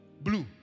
Blue